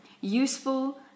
useful